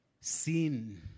sin